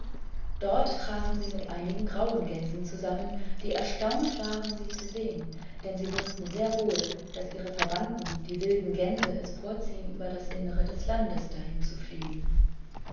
dort trafen sie mit einigen grauen gänsen zusammen die erstauntwaren siezusehen dennsiewußtensehrwohl daßihreverwandten die wilden gänse es vorziehen über das innere des landes dahinzufliegen